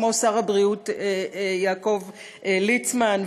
כמו שר הבריאות יעקב ליצמן.